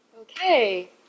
Okay